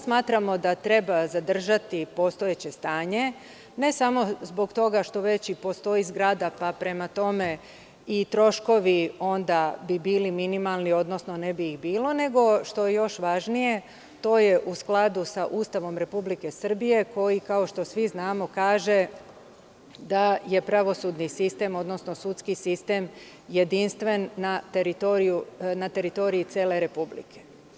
Smatramo da treba zadržati postojeće stanje, ne samo zbog toga što već i postoji zgrada, pa i troškovi bi onda bili minimalni, odnosno ne bi ih bilo, nego što je još važnije, to je u skladu sa Ustavom Republike Srbije, koji kao što svi znamo kaže da je pravosudni sistem, odnosno sudski sistem jedinstven na teritoriji cele Republike.